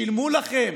שילמו לכם